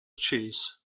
cheese